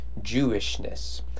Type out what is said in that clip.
Jewishness